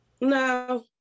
No